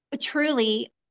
truly